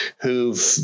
who've